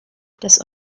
das